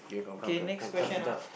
okay next question ah